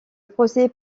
procès